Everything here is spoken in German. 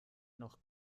noch